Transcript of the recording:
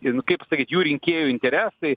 i kaip pasakyt jų rinkėjų interesai